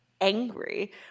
angry